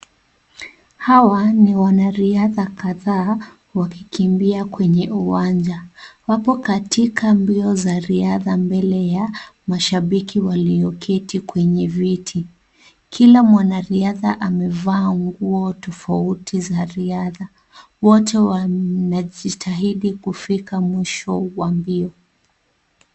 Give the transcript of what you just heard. Hawa ni wanariadha kadhaa wakikimbia kwenye uwanja, wapo katika mbio za riadha mbele ya mashabiki walioketi kwenye viti, kila mwanariadha amevaa nguo tuofauti za riadha, wote najistahidi kufika mwisho wa mbio.